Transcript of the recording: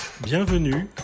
Bienvenue